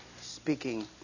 speaking